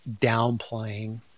downplaying